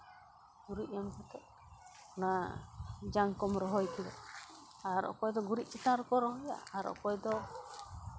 ᱜᱩᱨᱤᱡ ᱮᱢ ᱠᱟᱛᱮ ᱚᱱᱟ ᱡᱟᱝ ᱠᱚᱢ ᱨᱚᱦᱚᱭ ᱠᱮᱫᱟ ᱟᱨ ᱚᱠᱚᱭ ᱫᱚ ᱜᱩᱨᱤᱡ ᱪᱮᱛᱟᱱ ᱨᱮᱠᱚ ᱨᱚᱦᱚᱭᱟ ᱟᱨ ᱚᱠᱚᱭ ᱫᱚ